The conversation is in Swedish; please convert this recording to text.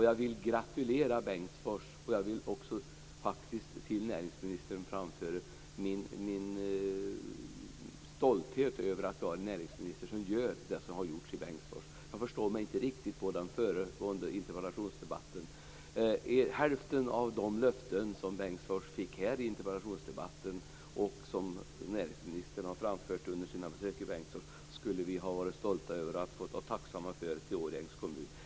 Jag vill gratulera Bengtsfors och faktiskt till näringsministern framföra att jag är stolt över det näringsministern gjort för Bengtsfors. Jag förstår inte riktigt den förra interpellationsdebatten. Om vi fick hälften av de löften som Bengtsfors fick i interpellationsdebatten och som näringsministern har framfört under sina besök i Bengtsfors skulle vi vara tacksamma i Årjängs kommun.